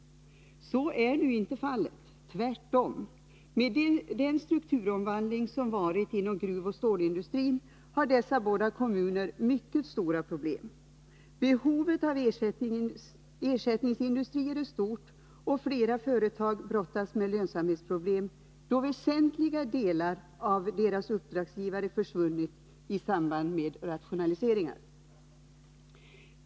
Så är nu inte fallet — tvärtom. Med den strukturomvandling som ägt rum inom gruvoch stålindustrin har dessa båda kommuner mycket stora problem. Behovet av ersättningsindustrier är stort, och flera företag brottas med lönsamhetsproblem då väsentliga delar av deras uppdragsgivare försvunnit i samband med rationaliseringar.